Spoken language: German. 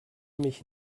mich